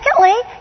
secondly